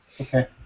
Okay